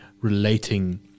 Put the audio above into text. relating